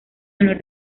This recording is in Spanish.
honor